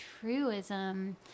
truism